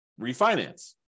refinance